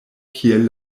kiel